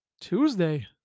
Tuesday